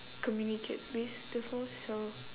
communicate with before so